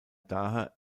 daher